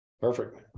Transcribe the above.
Perfect